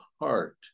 heart